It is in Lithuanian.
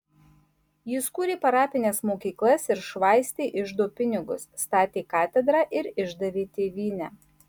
jis kūrė parapines mokyklas ir švaistė iždo pinigus statė katedrą ir išdavė tėvynę